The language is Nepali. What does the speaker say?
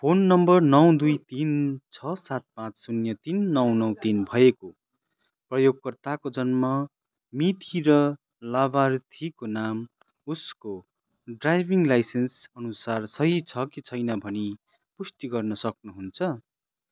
फोन नम्बर नौ दुई तिन छ सात पाचँ शून्य तिन नौ नौ तिन भएको प्रयोगकर्ताको जन्म मिति र लाभार्थीको नाम उसको ड्राइभिङ लाइसेन्स अनुसार सही छ कि छैन भनी पुष्टि गर्न सक्नुहुन्छ